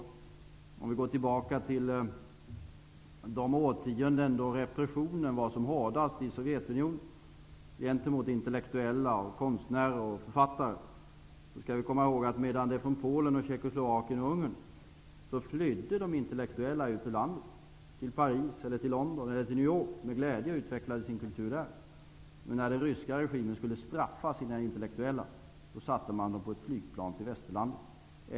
Vi kan t.ex. gå tillbaka till de årtionden då repressionen var som hårdast i Sovjetunionen gentemot intellektuella, konstnärer och författare. Vi skall komma ihåg att de intellektuella från Polen, Tjeckoslovakien och Ungern flydde till Paris, London eller New York och med glädje utvecklade sin kultur där, men den ryska regimen satte sina intellektuella på ett flygplan till västerlandet när den skulle straffa dem.